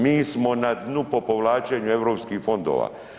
Mi smo na dnu po povlačenju europskih fondova.